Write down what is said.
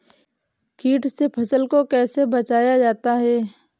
कीट से फसल को कैसे बचाया जाता हैं?